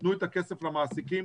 תנו את הכסף למעסיקים,